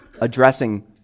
addressing